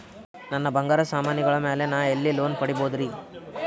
ನನ್ನ ಬಂಗಾರ ಸಾಮಾನಿಗಳ ಮ್ಯಾಲೆ ನಾ ಎಲ್ಲಿ ಲೋನ್ ಪಡಿಬೋದರಿ?